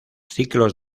ciclos